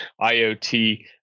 IoT